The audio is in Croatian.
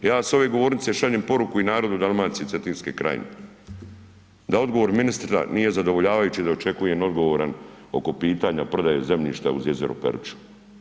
Ja s ove govornice šaljem poruku i narodu Dalmacije Cetinske krajine da odgovor ministra nije zadovoljavajući i da očekujem odgovor oko pitanja prodaje zemljišta uz jezero Peruća.